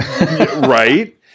Right